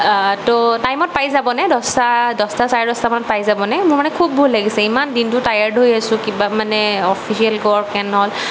তৌ টাইমত পাই যাবনে দহটা দহটা চাৰে দহটামানত পাই যাবনে মোৰ মানে খুব ভোক লাগিছে ইমান দিনতো টাইয়াৰ্ডত হৈ আছো কিবা মানে অফিচিয়েল ৱৰ্ক এণ্ড অল্